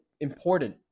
important